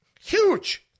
Huge